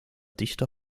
dichter